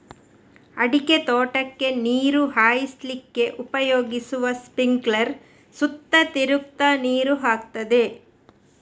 ಅಡಿಕೆ ತೋಟಕ್ಕೆ ನೀರು ಹಾಯಿಸ್ಲಿಕ್ಕೆ ಉಪಯೋಗಿಸುವ ಸ್ಪಿಂಕ್ಲರ್ ಸುತ್ತ ತಿರುಗ್ತಾ ನೀರು ಹಾಕ್ತದೆ